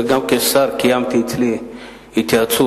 וגם כשר קיימתי אצלי התייעצות,